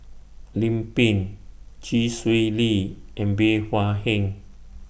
Lim Pin Chee Swee Lee and Bey Hua Heng